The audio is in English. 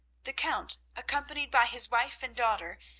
the count, accompanied by his wife, and daughter,